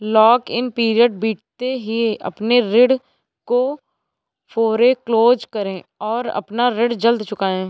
lock in period बीतते ही अपने ऋण को फोरेक्लोज करे और अपना ऋण जल्द चुकाए